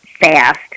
fast